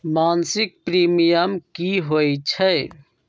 मासिक प्रीमियम की होई छई?